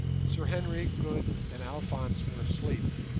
sir henry, good, and alphonse were asleep,